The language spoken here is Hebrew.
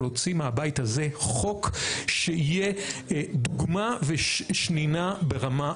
להוציא מהבית הזה חוק שיהיה דוגמה ושנינה ברמה עולמית.